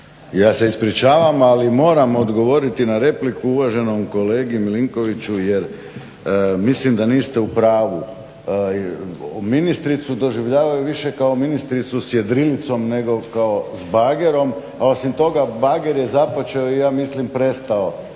Ja se ispričavam ali moram odgovoriti na repliku uvaženom kolegi Milinkoviću jer mislim da niste u pravu. Ministricu doživljavaju više kao ministricu s jedrilicom nego kao s bagerom ali osim toga bager je započeo i ja mislim prestao